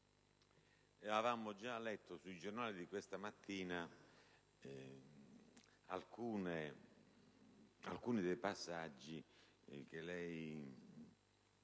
avevamo già letto sui giornali questa mattina alcuni dei passaggi che lei